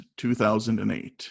2008